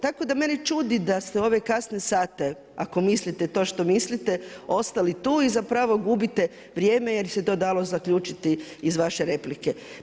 Tako da mene čudi da ste u ove kasne sate, ako mislite to što mislite ostali tu i zapravo gubite vrijeme jer se to dalo zaključiti iz vaše replike.